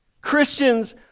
Christians